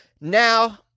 Now